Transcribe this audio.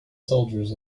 soldiers